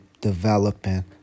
developing